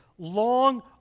Long